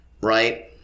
right